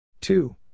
Two